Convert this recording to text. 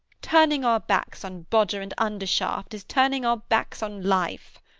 turning our backs on bodger and undershaft is turning our backs on life.